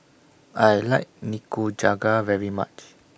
I like Nikujaga very much